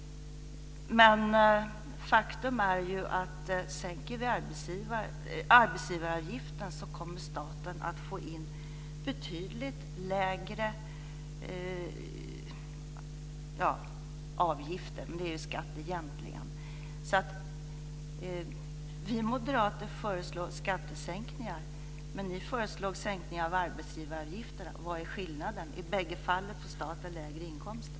Men faktum är ju att staten kommer att få in betydligt lägre avgifter - det är egentligen skatt - om vi sänker arbetsgivaravgiften. Vi moderater föreslår skattesänkningar, men ni föreslår sänkning av arbetsgivaravgifterna. Vad är skillnaden? I bägge fallen få staten lägre inkomster.